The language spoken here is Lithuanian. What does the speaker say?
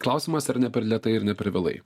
klausimas ar ne per lėtai ir ne per vėlai